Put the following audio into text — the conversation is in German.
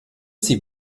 sie